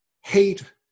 hate